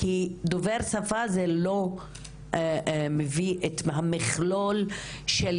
כי דוברי שפה לא מביא את המכלול גם של